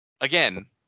Again